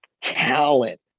talent